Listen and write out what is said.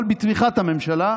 אבל בתמיכת הממשלה,